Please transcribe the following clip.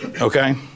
Okay